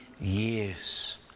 years